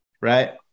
Right